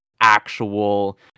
actual